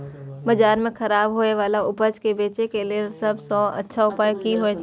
बाजार में खराब होय वाला उपज के बेचे के लेल सब सॉ अच्छा उपाय की होयत छला?